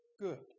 good